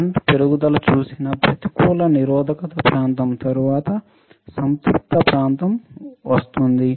current పెరుగుదల చూసిన ప్రతికూల నిరోధక ప్రాంతం తరువాత సంతృప్తత ప్రాంతం వస్తుంది